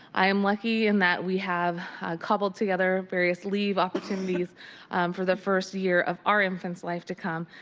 i am lucky in that we have cobbled together various leave opportunities for the first year of our infant's life to come.